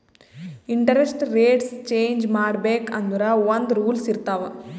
interest rates change ಮಾಡ್ಬೇಕ್ ಅಂದುರ್ ಒಂದ್ ರೂಲ್ಸ್ ಇರ್ತಾವ್